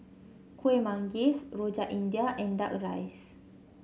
Kueh Manggis Rojak India and duck rice